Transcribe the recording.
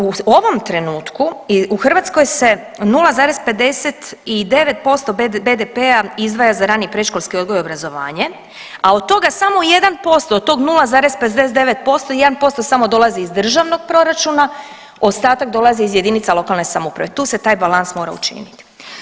U ovom trenutku, u Hrvatskoj se 0,59% BDP-a izdvaja za rani i predškolski odgoj i obrazovanje, a od toga samo 1%, od tog 0,59%, 1% dolazi iz državnog proračuna, ostatak dolazi iz jedinice lokalne samouprave, tu se taj balans mora učiniti.